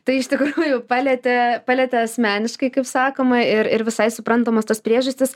tai iš tikrųjų palietė palietė asmeniškai kaip sakoma ir ir visai suprantamos tas priežastys